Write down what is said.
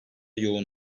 yoğun